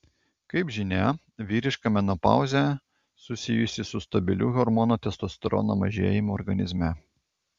kaip žinia vyriška menopauzę susijusi su stabiliu hormono testosterono mažėjimu organizme